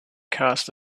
caused